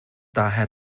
daher